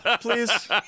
please